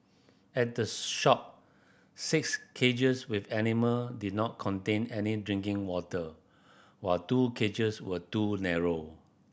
at the shop six cages with animal did not contain any drinking water while two cages were too narrow